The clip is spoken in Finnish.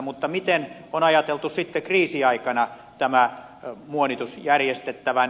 mutta miten on ajateltu sitten kriisiaikana tämä muonitus järjestettävän